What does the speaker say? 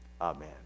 Amen